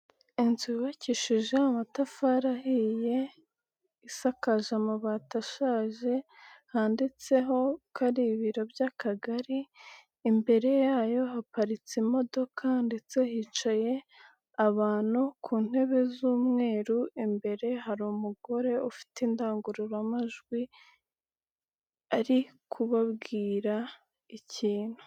Inzu yubakishije amatafari ahiye isakaje amabati ashaje handitseho ka ari ibiro by'akagari, imbere yayo haparitse imodoka ndetse hicaye abantu ku ntebe z'umweru, imbere hari umugore ufite indangururamajwi ari kubabwira ikintu.